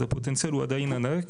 אז הפוטנציאל הוא עדיין ענק.